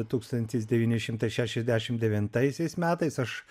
tūkstantis devyni šimtai šešiasdešimt devintaisiais metais aš